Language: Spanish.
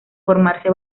formarse